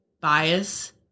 bias